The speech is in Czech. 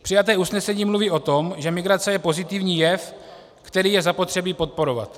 Přijaté usnesení mluví o tom, že migrace je pozitivní jev, který je zapotřebí podporovat.